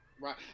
Right